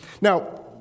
Now